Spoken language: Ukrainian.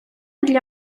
для